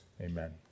Amen